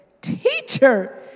teacher